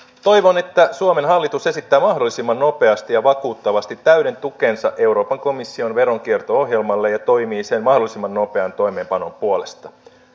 toivon että suomen hallitus esittää mahdollisimman nopeasti ja vakuuttavasti täyden tukensa euroopan komission veronkierto ohjelmalle ja toimii sen mahdollisimman nopean toimeenpanon puolesta